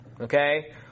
Okay